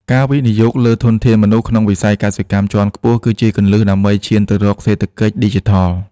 ការវិនិយោគលើធនធានមនុស្សក្នុងវិស័យកសិកម្មជាន់ខ្ពស់ គឺជាគន្លឹះដើម្បីឈានទៅរកសេដ្ឋកិច្ចឌីជីថល។